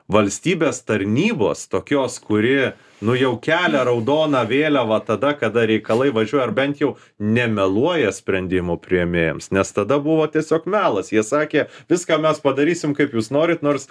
valstybės tarnybos tokios kuri nu jau kelia raudoną vėliavą tada kada reikalai važiuoja ar bent jau nemeluoja sprendimų priėmėjams nes tada buvo tiesiog melas jie sakė viską mes padarysim kaip jūs norit nors